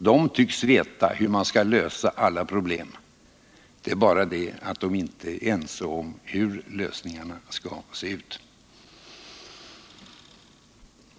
De tycks veta hur man skall lösa alla problem — det är bara det att de inte är ense om hur lösningarna skall se ut.